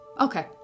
Okay